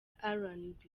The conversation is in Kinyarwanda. rnb